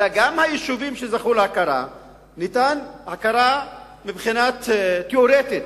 אלא שגם ליישובים שזכו להכרה ניתנה הכרה מבחינה תיאורטית.